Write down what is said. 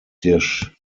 dish